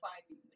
finding